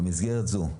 במסגרת זו,